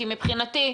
כי מבחינתי,